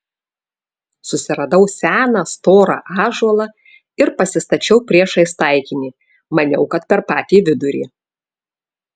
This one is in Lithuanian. susiradau seną storą ąžuolą ir pasistačiau priešais taikinį maniau kad per patį vidurį